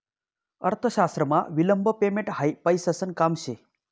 अर्थशास्त्रमा विलंब पेमेंट हायी पैसासन काम शे